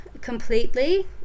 completely